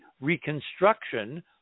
reconstruction